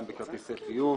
גם בכרטיסי חיוב,